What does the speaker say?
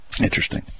interesting